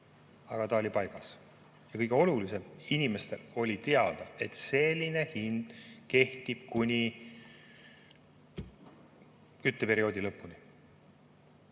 – oli paigas. Ja mis kõige olulisem: inimestele oli teada, et selline hind kehtib kuni kütteperioodi lõpuni.